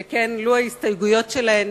שכן לו עברו ההסתייגויות שלהם,